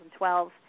2012